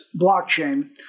blockchain